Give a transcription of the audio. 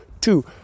two